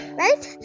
right